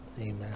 Amen